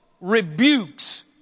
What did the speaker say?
rebukes